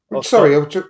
Sorry